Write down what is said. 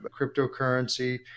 cryptocurrency